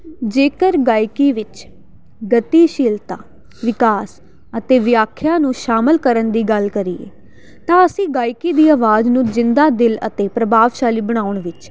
ਜੇਕਰ ਗਾਇਕੀ ਵਿੱਚ ਗਤੀਸ਼ੀਲਤਾ ਵਿਕਾਸ ਅਤੇ ਵਿਆਖਿਆ ਨੂੰ ਸ਼ਾਮਿਲ ਕਰਨ ਦੀ ਗੱਲ ਕਰੀਏ ਤਾਂ ਅਸੀਂ ਗਾਇਕੀ ਦੀ ਆਵਾਜ਼ ਨੂੰ ਜ਼ਿੰਦਾ ਦਿਲ ਅਤੇ ਪ੍ਰਭਾਵਸ਼ਾਲੀ ਬਣਾਉਣ ਵਿੱਚ